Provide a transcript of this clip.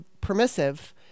permissive